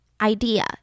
idea